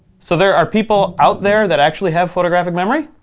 so there are people out there that actually have photographic memory?